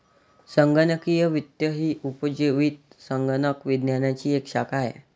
संगणकीय वित्त ही उपयोजित संगणक विज्ञानाची एक शाखा आहे